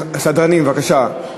סדרנים, בבקשה.